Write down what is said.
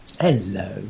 Hello